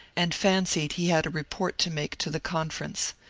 and fancied he had a report to make to the conference.